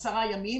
הלאומי.